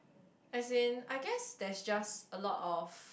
as in I guess there just a lot of